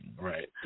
right